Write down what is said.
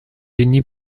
unis